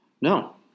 no